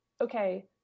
okay